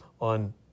on